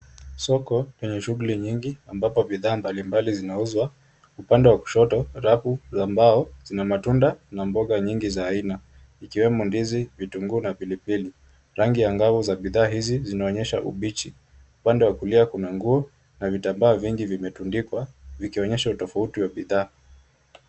Soko lina shughuli nyingi, ambapo bidhaa mbalimbali zinauzwa. Upande wa kushoto, rafu za mbao zina matunda na mboga nyingi za aina ikiwemo ndizi, vitunguu na pilipili. Rangi angavu za bidhaa hizi zinaonyesha ubichi. Upande wa kulia kuna nguo na vitambaa vingi vimetundikwa, vikionyesha utofauti wa bidhaa.